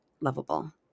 lovable